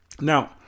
Now